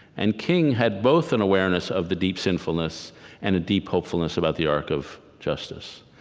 and king had both an awareness of the deep sinfulness and a deep hopefulness about the arc of justice.